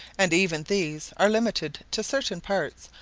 and even these are limited to certain parts,